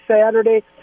Saturday